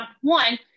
One